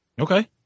Okay